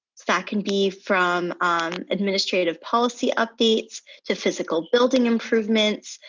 that can be from administrative policy updates to physical building improvements,